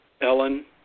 Ellen